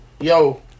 Yo